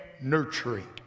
nurturing